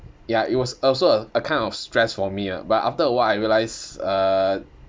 ya it was also a a kind of stress for me ah but after a while I realise uh